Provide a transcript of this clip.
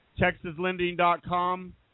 TexasLending.com